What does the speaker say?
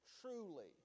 truly